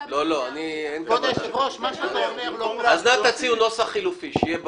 ונעשתה --- נא תציעו נוסח חילופי כדי שזה יהיה ברור.